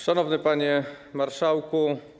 Szanowny Panie Marszałku!